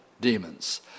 demons